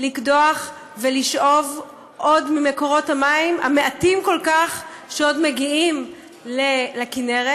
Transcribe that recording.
לקדוח ולשאוב ממקורות המים המעטים כל כך שעוד מגיעים לכינרת,